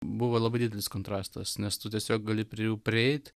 buvo labai didelis kontrastas nes tu tiesiog gali prie jų prieit